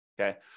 okay